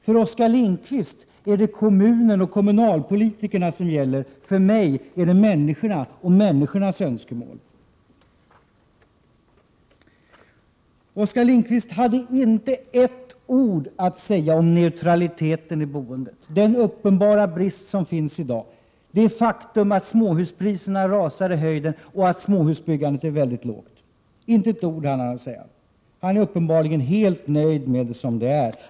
För Oskar Lindkvist är det kommunerna och kommunalpolitikerna som gäller. För mig är det människorna och deras önskemål som gäller. Oskar Lindkvist hade inte ett ord att säga om neutraliteten i boendet och den uppenbara brist som i dag råder. Faktum är ju att småhuspriserna rakar i höjden och att småhusbyggandet är mycket lågt. Han är uppenbarligen helt nöjd med situationen som den är.